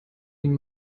ihn